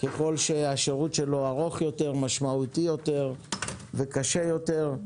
ככל שהשירות שלו ארוך יותר ומשמעותי יותר וקשה יותר,